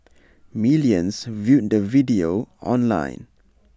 millions viewed the video online